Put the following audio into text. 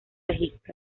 egipto